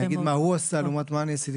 להגיד מה הוא עשה לעומת מה שאני עשיתי.